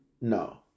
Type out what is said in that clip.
no